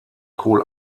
kohl